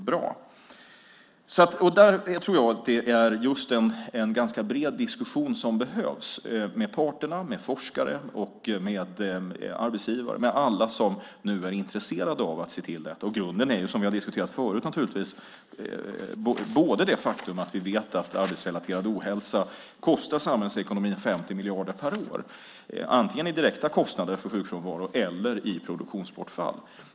Där tror jag att det är just en ganska bred diskussion som behövs, med parterna, med forskare och med arbetsgivare, med alla som nu är intresserade av att se till detta. Och grunden är, som vi har diskuterat förut, det faktum att vi vet att arbetsrelaterad ohälsa kostar samhällsekonomin 50 miljarder per år, antingen i direkta kostnader för sjukfrånvaro eller i produktionsbortfall.